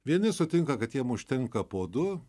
vieni sutinka kad jiem užtenka po du